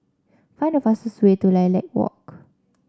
find the fastest way to Lilac Walk